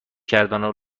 کردنو